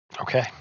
okay